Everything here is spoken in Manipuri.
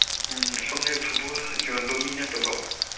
ꯎꯝ ꯁꯣꯝꯁꯦ ꯐꯨꯠꯕꯣꯜ ꯌꯣꯟꯕ ꯃꯤ ꯅꯠꯇꯕ꯭ꯔꯣ